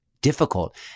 difficult